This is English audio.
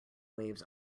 waves